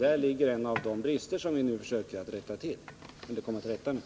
Häri ligger en av de brister som vi nu försöker att komma till rätta med.